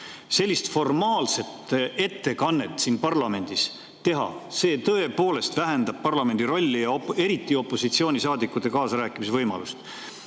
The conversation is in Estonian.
Selliselt formaalset ettekannet siin parlamendis teha – see tõepoolest vähendab parlamendi rolli, eriti opositsioonisaadikute kaasarääkimise võimalust.